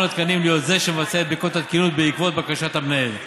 התקנים להיות זה שמבצע את בדיקת התקינות בעקבות בקשת המנהל,